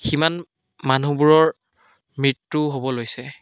সিমান মানুহবোৰৰ মৃত্যু হ'ব লৈছে